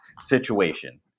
situation